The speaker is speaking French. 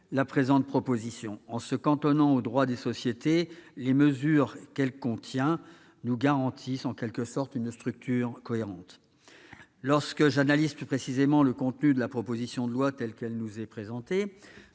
la présente proposition de loi. En se cantonnant au droit des sociétés, les mesures qu'elle contient nous garantissent une structure cohérente. Lorsque j'analyse plus précisément le contenu de la proposition de loi telle qu'elle nous est présentée,